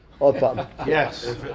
yes